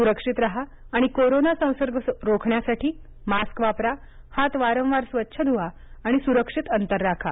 सुरक्षित राहा आणि कोरोना संसर्ग रोखण्यासाठी मास्क वापरा हात वारंवार स्वच्छ धुवा सुरक्षित अंतर ठेवा